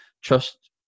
trust